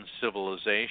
civilization